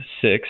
six